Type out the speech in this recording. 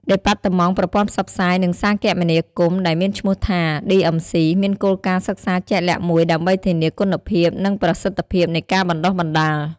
ដេប៉ាតឺម៉ង់ប្រព័ន្ធផ្សព្វផ្សាយ និងសារគមនាគមន៍ ដែលមានឈ្មោះថា ឌីអឹមស៊ី (DMC) មានគោលការណ៍សិក្សាជាក់លាក់មួយដើម្បីធានាគុណភាព និងប្រសិទ្ធភាពនៃការបណ្ដុះបណ្ដាល។